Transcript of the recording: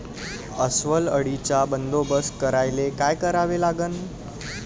अस्वल अळीचा बंदोबस्त करायले काय करावे लागन?